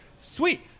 sweet